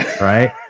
right